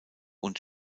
und